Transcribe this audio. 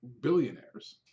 billionaires